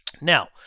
Now